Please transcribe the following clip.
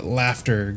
laughter